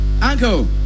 uncle